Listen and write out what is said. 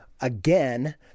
again